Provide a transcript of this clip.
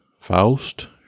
Faust